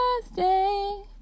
birthday